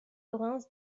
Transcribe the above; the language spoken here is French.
orens